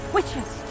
Witches